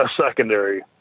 secondary